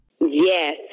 Yes